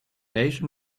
asian